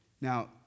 Now